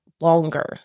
longer